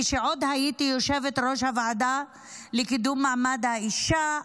כשעוד הייתי יושבת-ראש הוועדה לקידום מעמד האישה.